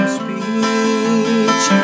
speech